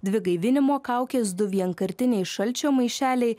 dvi gaivinimo kaukės du vienkartiniai šalčio maišeliai